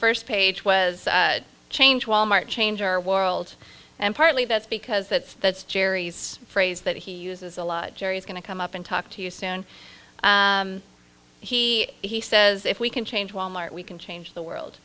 first page was change wal mart change or world and partly that's because that's that's gerri's phrase that he uses a lot gerry is going to come up and talk to you soon he he says if we can change wal mart we can change the world